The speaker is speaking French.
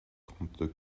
trente